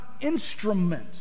instrument